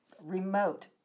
remote